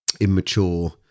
immature